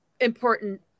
important